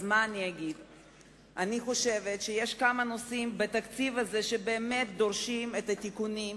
יש בתקציב הזה כמה נושאים שדורשים תיקונים,